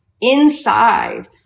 inside